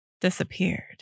disappeared